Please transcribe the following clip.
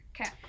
Okay